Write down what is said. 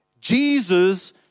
Jesus